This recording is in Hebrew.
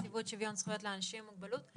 נציבות שוויון זכויות לאנשים עם מוגבלות.